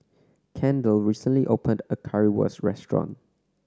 Kendell recently opened a Currywurst restaurant